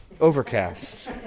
Overcast